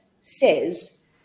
says